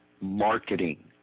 marketing